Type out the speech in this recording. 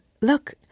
look